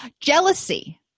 Jealousy